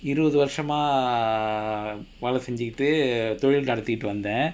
இருவது வருஷமா வேலை செஞ்சிக்கிட்டு தொழில் நடத்திக்கிட்டு வந்தேன்:iruvathu varushamaa velai senchchukittu thozhil nadaththikittu vandaen